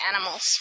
animals